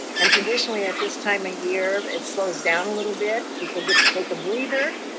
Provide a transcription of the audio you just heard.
and traditionally at this time a year, it slows down a little bit. people get to take a breather,